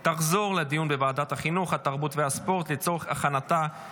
לוועדת החינוך, התרבות והספורט נתקבלה.